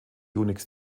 unix